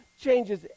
changes